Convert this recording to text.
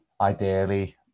Ideally